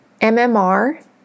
MMR